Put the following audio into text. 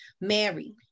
married